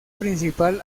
principal